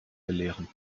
belehren